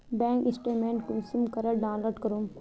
Bank statement कुंसम करे download करूम?